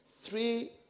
three